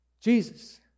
Jesus